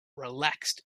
relaxed